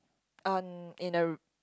on in a